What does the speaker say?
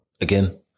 Again